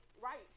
Right